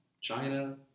China